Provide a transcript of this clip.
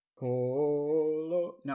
No